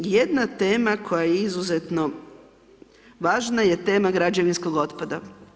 Jedna tema koja je izuzetno važna je tema građevinskog otpada.